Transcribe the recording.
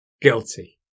Guilty